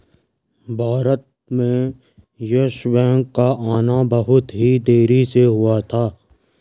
भारत में Yes Bank का आना बहुत ही देरी से हुआ था